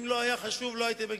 אם לא היה חשוב, לא הייתם מגישים.